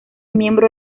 miembro